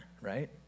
right